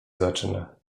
zaczyna